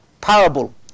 parable